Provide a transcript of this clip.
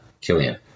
Killian